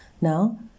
Now